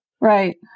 Right